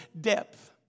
depth